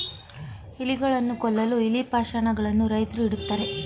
ಇಲಿಗಳನ್ನು ಕೊಲ್ಲಲು ಇಲಿ ಪಾಷಾಣ ಗಳನ್ನು ರೈತ್ರು ಇಡುತ್ತಾರೆ